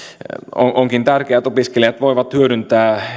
onkin tärkeää että opiskelijat voivat hyödyntää